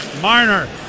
Marner